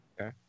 Okay